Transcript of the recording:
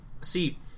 See